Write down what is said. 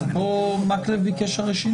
מקלב ביקש שינוי.